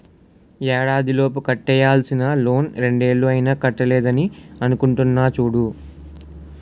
ఏడాదిలోపు కట్టేయాల్సిన లోన్ రెండేళ్ళు అయినా కట్టలేదని అంటున్నారు చూడు